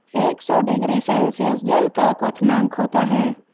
एक सौ degree Celsius जल का क्वथनांक होता है